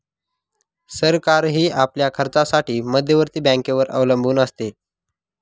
सरकारही आपल्या खर्चासाठी मध्यवर्ती बँकेवर अवलंबून असते